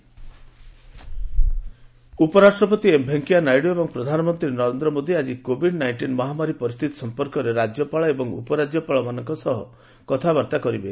VP PM ଉପରାଷ୍ଟ୍ରପତି M Venkaiah Naidu ଏବଂ ପ୍ରଧାନମନ୍ତ୍ରୀ ନରେନ୍ଦ୍ର ମୋଦୀ ଆକି କୋଭିଡ ନାଇଷ୍ଟିନ ମହାମାରୀ ପରିସ୍ଥିତି ସଫପର୍କରେ ରାଜ୍ୟପାଳ ଏବଂ ଉପରାଜ୍ୟପାଳମାନଙ୍କ ସହ କଥାବାର୍ତ୍ତା କରିବେ